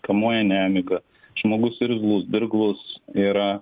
kamuoja nemiga žmogus irzlus dirglus yra